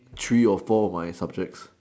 three or four of my subjects